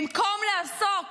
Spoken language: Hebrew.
במקום לעסוק